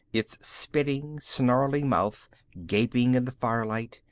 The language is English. its spitting, snarling mouth gaping in the firelight,